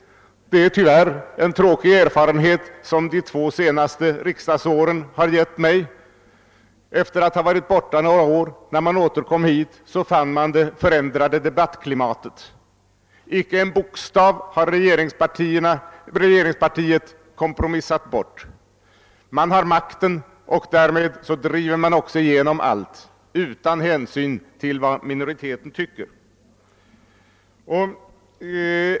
Det är tyvärr en tråkig erfarenhet som de två senaste riksdagsåren gett mig. Efter att ha varit borta några år återkom jag till riksdagen och fann då ett förändrat debattklimat. Icke en bokstav har regeringspartiet kompromissat bort. Man har makten och därför driver man också igenom allt utan hänsyn till vad minoriteterna tycker.